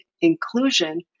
inclusion